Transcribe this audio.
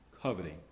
coveting